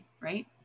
right